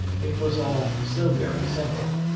it was all so very simple.